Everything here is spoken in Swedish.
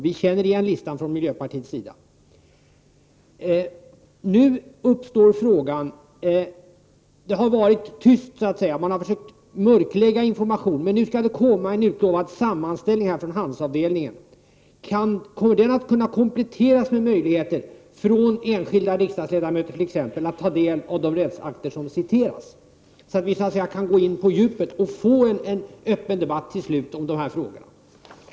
Vi känner från miljöpartiets sida igen listan. Det har nu varit tyst om detta, och man har försökt att mörklägga informationen. Men nu har det utlovats en sammanställning från handelsavdelningen. Kommer den att kompletteras med möjligheter för enskilda riksdagsledamöter att ta del av de rättsakter som citeras? På så sätt skulle man kunna gå in på djupet och få en öppen debatt om dessa frågor.